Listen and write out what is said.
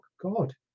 god